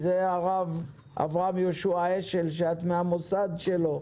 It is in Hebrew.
זה היה הרב אברהם יהושע השל, שאת מהמוסד שלו.